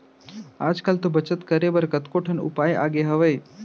आज कल तो बचत करे बर कतको ठन उपाय आगे हावय